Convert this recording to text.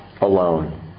alone